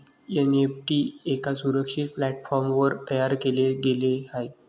NEFT एका सुरक्षित प्लॅटफॉर्मवर तयार केले गेले आहे